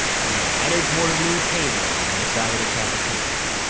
and then headed toward a new table on the other side of the cafeteria.